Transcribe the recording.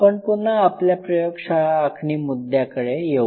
आपण पुन्हा आपल्या प्रयोगशाळा आखणी मुद्द्याकडे येऊ